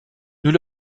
nous